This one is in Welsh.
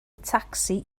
tacsi